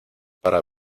para